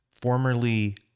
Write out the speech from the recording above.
Formerly